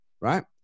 right